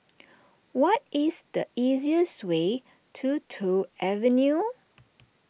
what is the easiest way to Toh Avenue